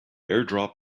airdrop